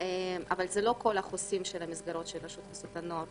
אבל זה לא כל החוסים שבמסגרות של רשות חסות הנוער,